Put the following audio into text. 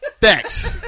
Thanks